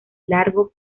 largo